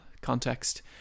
context